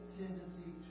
tendency